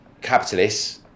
capitalists